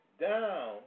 down